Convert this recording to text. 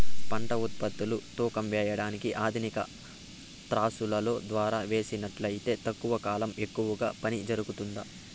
పంట ఉత్పత్తులు తూకం వేయడానికి ఆధునిక త్రాసులో ద్వారా వేసినట్లు అయితే తక్కువ కాలంలో ఎక్కువగా పని జరుగుతుందా?